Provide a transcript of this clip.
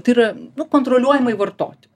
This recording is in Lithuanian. tai yra nu kontroliuojamai vartot